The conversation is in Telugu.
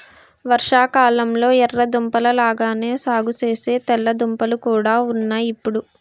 వర్షాకాలంలొ ఎర్ర దుంపల లాగానే సాగుసేసే తెల్ల దుంపలు కూడా ఉన్నాయ్ ఇప్పుడు